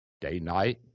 day-night